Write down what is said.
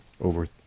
over